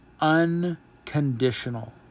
unconditional